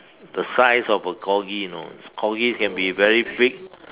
the size of a Corgi you know Corgis can be very big